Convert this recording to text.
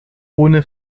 ohne